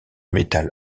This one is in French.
métal